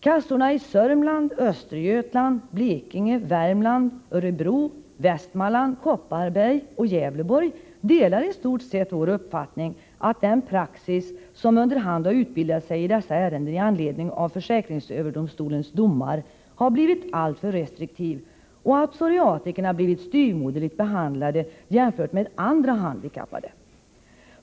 Kassorna i Södermanland, Östergötland, Blekinge, Värmland, Örebro, Västmanland, Kopparberg och Gävleborg delar i stort sett vår uppfattning att den praxis som under hand har utbildats i dessa ärenden i anledning av försäkringsöverdomstolens domar har blivit alltför restriktiv och att psoriatikerna blivit styvmoderligt behandlade jämfört med andra handikappade.